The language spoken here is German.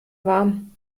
warm